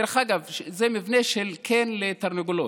דרך אגב, זה מבנה של לול תרנגולות,